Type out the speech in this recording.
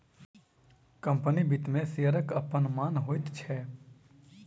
company वित्त मे शेयरक अपन मान होइत छै